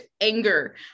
anger